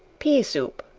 pea soup.